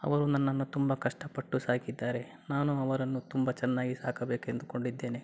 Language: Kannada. ಅವರು ನನ್ನನ್ನು ತುಂಬ ಕಷ್ಟಪಟ್ಟು ಸಾಕಿದ್ದಾರೆ ನಾನು ಅವರನ್ನು ತುಂಬ ಚೆನ್ನಾಗಿ ಸಾಕಬೇಕೆಂದುಕೊಂಡಿದ್ದೇನೆ